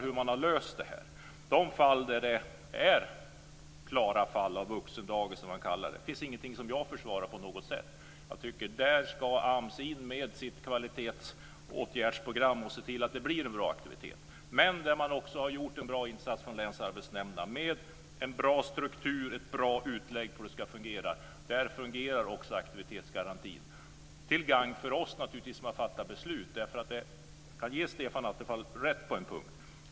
Där ska AMS in med sitt kvalitetsåtgärdsprogram och se till att det blir en bra aktivitet. Men jag måste ändå konstatera när jag ser över totalen och vid besök tittar närmare på hur man har löst sin uppgift att länsarbetsnämnderna har gjort en bra insats när det gäller den här delen. Man har en bra struktur, ett bra upplägg för hur det ska fungera. Där fungerar också aktivitetsgarantin, till gagn för oss som har fattat beslutet. Jag kan ge Stefan Attefall rätt på en punkt.